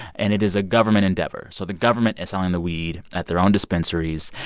and it is a government endeavor. so the government is selling the weed at their own dispensaries.